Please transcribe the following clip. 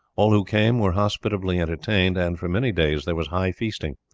all who came were hospitably entertained, and for many days there was high feasting.